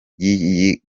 ry’iyi